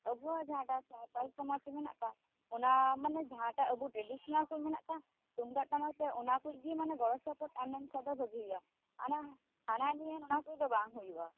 ᱟᱵᱚᱣᱟᱜ ᱡᱟᱦᱟᱸ ᱴᱟᱜ ᱥᱟᱱᱛᱟᱲ ᱥᱚᱢᱟᱡᱽ ᱨᱮ ᱢᱮᱱᱟᱜ ᱟᱠᱟᱜᱼᱟ ᱚᱱᱟ ᱢᱟᱱᱮ ᱡᱟᱦᱟᱸ ᱴᱟᱜ ᱟᱵᱚ ᱴᱨᱮᱰᱤᱥᱚᱱᱟᱞ ᱠᱚ ᱢᱮᱱᱟᱜ ᱟᱠᱟᱜᱼᱟ ᱛᱩᱢᱫᱟᱜ ᱴᱟᱢᱟᱠ ᱛᱮ ᱚᱱᱟ ᱠᱚᱡ ᱜᱮ ᱢᱟᱱᱮ ᱜᱚᱲᱚ ᱥᱚᱯᱚᱦᱚᱫᱟ ᱢᱮᱱ ᱠᱷᱟᱡ ᱫᱚ ᱵᱷᱟ ᱜᱤ ᱦᱩᱭᱩᱜᱼᱟ ᱦᱟᱱᱟ ᱦᱟᱱᱟᱱᱤᱭᱟ ᱱᱚᱣᱟ ᱠᱚᱭᱤᱡ ᱫᱚ ᱵᱟᱝ ᱦᱩᱭᱩᱜᱼᱟ